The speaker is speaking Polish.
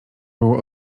było